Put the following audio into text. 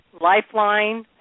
Lifeline